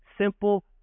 simple